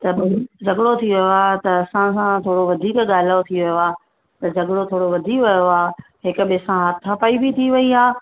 झॻिड़ो झॻिड़ो थी वियो आहे त असां सां थोरो वधीक ॻाल्हायो थी वियो आहे त झॻिड़ो थोरो वधी वियो आहे हिक ॿिए सां हाथा पाइ बि थी वेई आहे